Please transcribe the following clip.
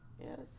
Yes